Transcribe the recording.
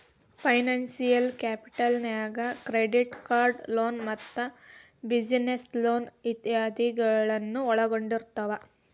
financial capital ನ್ಯಾಗ್ credit card loan ಮತ್ತ business loan ಇತಾದಿಗಳನ್ನ ಒಳ್ಗೊಂಡಿರ್ತಾವ